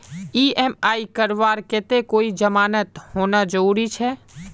EMI करवार केते कोई जमानत होना जरूरी छे?